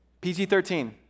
PG-13